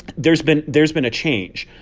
there's been there's been a change.